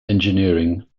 engineering